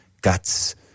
Guts